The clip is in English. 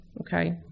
okay